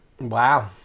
wow